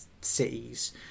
cities